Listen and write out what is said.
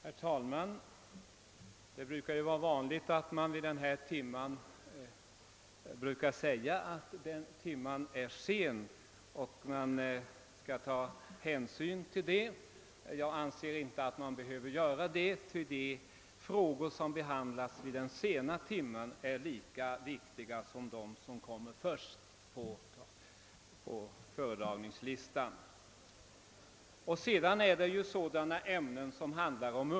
Herr talman! Det brukar vara van: ligt att man vid denna tidpunkt säger att timmen är sen och att man ämnar ta hänsyn därtill. Jag anser inte att man skall behöva göra det, ty de frågor som behandlas vid den sena timmen är lika viktiga som de vilka kommer först på föredragningslistan.